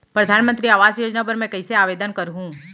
परधानमंतरी आवास योजना बर मैं कइसे आवेदन करहूँ?